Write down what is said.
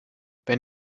wenn